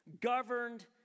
governed